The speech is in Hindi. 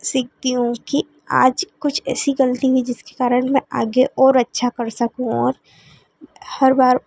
सीखती हूँ कि आज कुछ ऐसी ग़लती हुई जिसके कारण मैं आगे और अच्छा कर सकूँ और हर बार